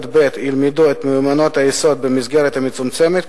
ב' ילמדו את מיומנויות היסוד במסגרת המצומצמת,